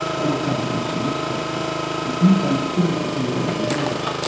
over-confidence and risk taking and insensitivity to delayed rewards.